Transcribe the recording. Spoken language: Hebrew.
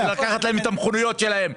לקחת להם את המכוניות שלהם,